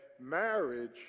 marriage